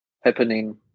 happening